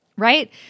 right